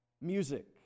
Music